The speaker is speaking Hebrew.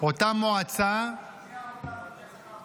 אותה מועצה ------ רגע,